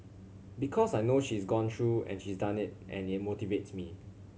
because I know she's gone through and she's done it and it motivates me